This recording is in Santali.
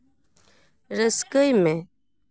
ᱨᱟᱹᱥᱠᱟᱹᱭ ᱢᱮ